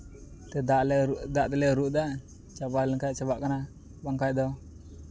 ᱫᱟᱜ ᱛᱮᱞᱮ ᱟᱹᱨᱩᱵᱫᱟ ᱪᱟᱵᱟ ᱞᱮᱱᱠᱷᱟᱡ ᱪᱟᱵᱟᱜ ᱠᱟᱱᱟ ᱵᱟᱝᱠᱷᱟᱱ ᱫᱚ